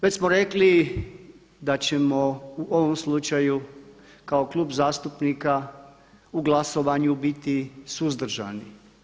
Već smo rekli da ćemo u ovom slučaju kao klub zastupnika u glasovanju biti suzdržani.